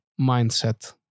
mindset